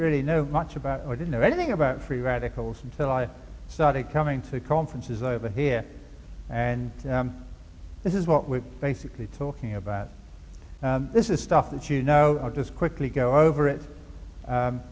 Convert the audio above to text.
really know much about it or didn't know anything about free radicals until i started coming to conferences over here and this is what we're basically talking about this is stuff that you know i'll just quickly go over it